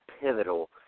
pivotal